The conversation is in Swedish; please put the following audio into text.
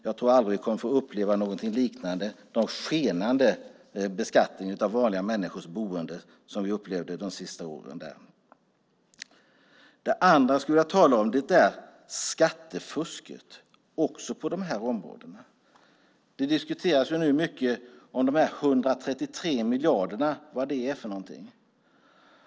Jag tror aldrig att vi kommer att få uppleva någonting liknande som den skenande beskattning av vanliga människors boende som vi upplevde de sista åren där. Det andra jag skulle vilja tala om är skattefusket, också på de här områdena. Det diskuteras ju nu mycket om de 133 miljarderna och vad det är för någonting.